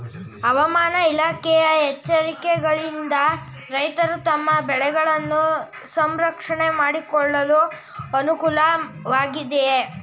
ಹವಾಮಾನ ಇಲಾಖೆಯ ಎಚ್ಚರಿಕೆಗಳಿಂದ ರೈತರು ತಮ್ಮ ಬೆಳೆಗಳನ್ನು ಸಂರಕ್ಷಣೆ ಮಾಡಿಕೊಳ್ಳಲು ಅನುಕೂಲ ವಾಗಿದೆಯೇ?